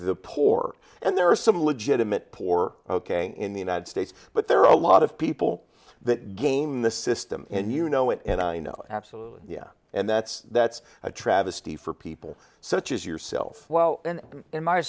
the poor and there are some legitimate poor ok in the united states but there are a lot of people that gaming the system and you know it and i know absolutely and that's that's a travesty for people such as yourself well in